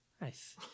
Nice